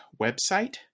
website